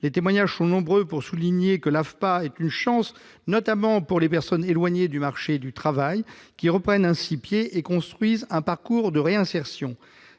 Les témoignages sont nombreux pour souligner que l'AFPA est une chance, notamment pour les personnes éloignées du marché du travail qui reprennent ainsi pied et construisent un parcours de réinsertion.